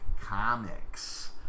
Comics